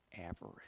average